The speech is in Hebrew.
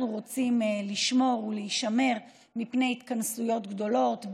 אנחנו רוצים לשמור ולהישמר מפני התכנסויות גדולות,